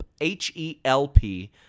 H-E-L-P